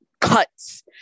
cuts